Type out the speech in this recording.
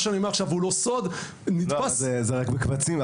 וזה לא סוד -- זה בקבצים,